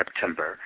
September